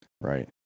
right